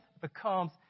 becomes